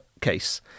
case